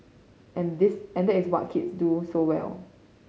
and this and this what kids do so well